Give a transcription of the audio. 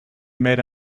made